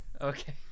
Okay